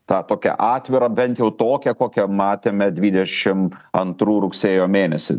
ta tokia atvira bent jau tokia kokia matėme dvidešim antrų rugsėjo mėnesį